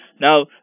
now